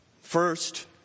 First